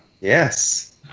Yes